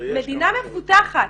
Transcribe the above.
מדינה מפותחת,